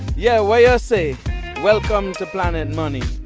yeah. well, i ah say welcome to planet money,